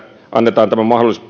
annetaan mahdollisuus